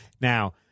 now